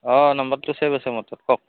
অঁ নাম্বাৰটো ছেভ আছে মোৰ তাত কওক